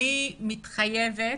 אני מתחייבת